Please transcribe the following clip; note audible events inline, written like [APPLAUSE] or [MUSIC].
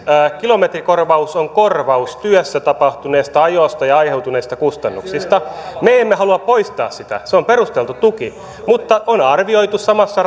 kilometrikorvaus on korvaus työssä tapahtuneesta ajosta ja aiheutuneista kustannuksista me emme halua poistaa sitä se on perusteltu tuki mutta on on arvioitu samassa [UNINTELLIGIBLE]